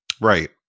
Right